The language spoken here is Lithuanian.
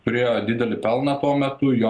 turėjo didelį pelną tuo metu jo